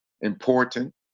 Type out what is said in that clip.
important